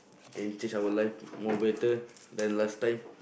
can change our life more better than last time